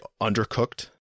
undercooked